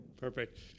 Perfect